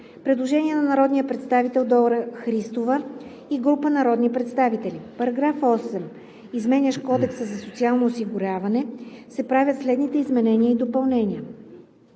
Предложение на народния представител Дора Христова и група народни представители: „В § 8, изменящ Кодекса за социално осигуряване, се правят следните изменения и допълнения: